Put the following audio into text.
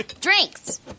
Drinks